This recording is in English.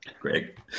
Greg